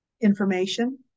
information